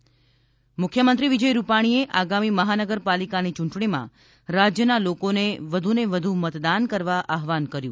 ૈ મુખ્યમંત્રી વિજય રૂપાણીએ આગામી મહાનગરપાલિકાની ચૂંટણીમાં રાજ્યના લોકોને વધુને વધુ મતદાન કરવા આહવાન્ કર્યું છે